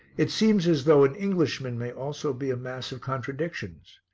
it seems as though an englishman may also be a mass of contradictions.